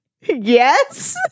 Yes